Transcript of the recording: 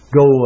go